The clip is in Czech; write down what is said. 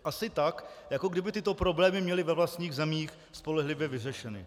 Asi tak, jako kdyby tyto problémy měli ve vlastních zemích spolehlivě vyřešeny.